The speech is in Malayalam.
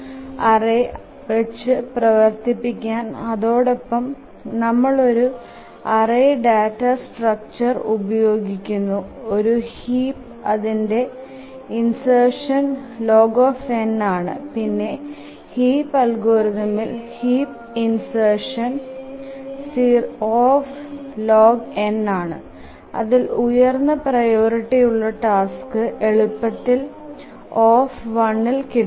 ഒരു ഹീപ് ഒരു അറയ്വെച്ചു പ്രവർത്തിപികാം അതോടൊപ്പം നമ്മൾ ഒരു അറയ് ഡാറ്റാ സ്ട്രക്ച്ചർ ഉപയോഗിക്കുന്നു ഒരു ഹീപിനായി അതിന്ടെ ഇൻസെർഷൻ log n ആണ് പിന്നെ ഹീപ് അൽഗോരിതമിൽ ഹീപ് ഇൻസെർഷൻ O ആണ് അതിൽ ഉയർന്ന പ്രിയോറിറ്റി ഉള്ള ടാസ്ക് എളുപ്പത്തിൽ Oഇൽ കിട്ടും